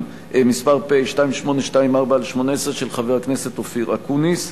מס' פ/2824/18, של חבר הכנסת אופיר אקוניס.